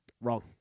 Wrong